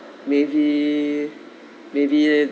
maybe maybe